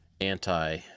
anti